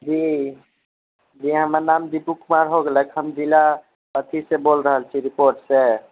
जी जी हमर नाम दीपू कुमार हो गेलक हम जिला अथीसे बोलि रहल छी रिपोर्टसे